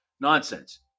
nonsense